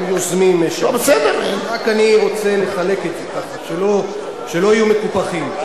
רק אני רוצה לחלק את זה, ככה, שלא יהיו מקופחים.